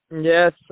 Yes